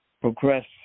progress